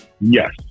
yes